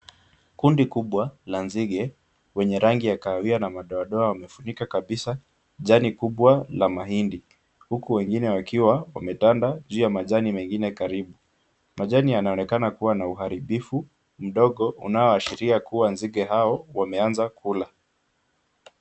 Kundi kubwa la nzige wenye rangi ya kahawia na madoadoa wamefunika kabisa jani kubwa la mahindi. Huku wengine wakiwa wametanda juu ya majani mengine karibu . Majani yanaonekana kuwa na uharibifu mdogo unaoashiria kuwa nzige hao wameanza kula.